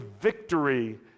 victory